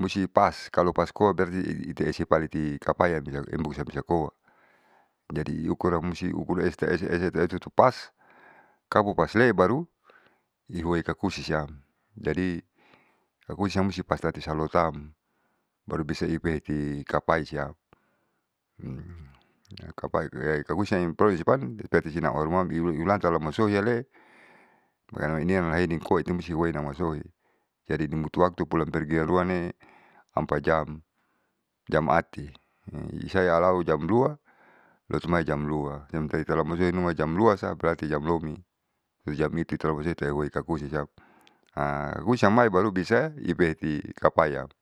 musti pas kalo paskoa berarti itaisipaliti kapaya embusuam bisakoa jadi ukuran musti esa esa esa esa supas kapu supasle baru ihoi takusi siam jadi kakusiam musti pasti taluatam baru bisa ipeiti kapaisaim kapai kakusi nampolusupan tati sina auharuma ihuhulantau soiale mkanya inianale itu musti huoinamasohi. Jadi dong butuh waktu pulang pergi iaruane ampa jam, jam ati isayaalahau jam dua lotomai jam lua siamitalamasohinuma jam lua sa berarti jam lomi jam itu hialamoi huoikakusisiam husiamai baru bisa ipeiti tapayam.